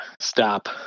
stop